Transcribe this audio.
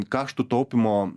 kaštų taupymo